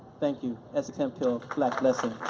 thank you. essex hemphill, black blessings.